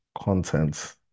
content